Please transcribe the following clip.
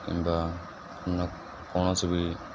କିମ୍ବା କୌଣସି ବି